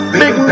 big